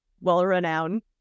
well-renowned